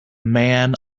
man